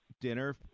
Dinner